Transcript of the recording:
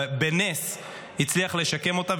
בנס הוא הצליח לשקם אותה,